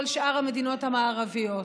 כל שאר המדינות המערביות.